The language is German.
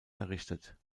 errichtet